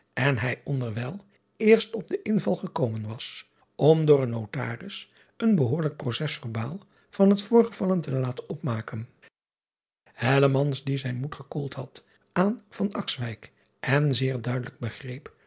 en hij onder wijl eerst op den inval gekomen was om door een otaris een behoorlijk roces erbaal van het voorgevallene te laten opmaken die zijn moed gekoeld had aan en zeer duidelijk begreep